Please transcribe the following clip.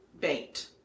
bait